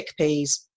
chickpeas